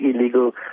illegal